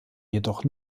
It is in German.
jedoch